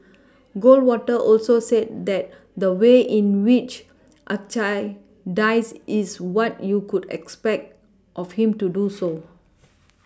Goldwater also said that the way in which Archie dies is what you could expect of him to do so